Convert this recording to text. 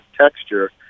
texture